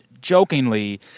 jokingly